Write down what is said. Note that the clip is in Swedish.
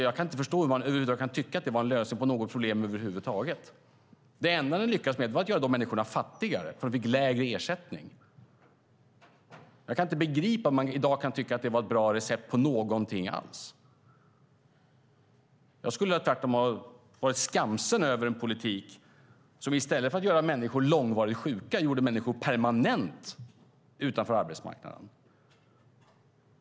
Jag kan inte förstå hur man tycka att det var en lösning på något problem över huvud taget. Det enda ni lyckades med var att göra de människorna fattigare eftersom de fick lägre ersättning. Jag kan inte begripa hur man i dag kan tycka att det var ett bra recept på någonting alls. Jag skulle tvärtom ha varit skamsen över en politik som i stället för att göra människor långvarigt sjuka gjorde att människor permanent hamnade utanför arbetsmarknaden.